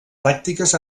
pràctiques